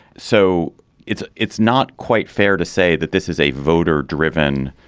so it's it's not quite fair to say that this is a voter driven,